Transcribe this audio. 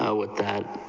ah what that